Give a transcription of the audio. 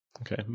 Okay